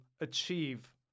achieve